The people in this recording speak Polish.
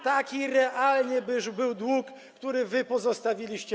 Taki realnie był dług, który nam pozostawiliście.